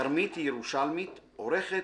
כרמית היא ירושלמית, עורכת,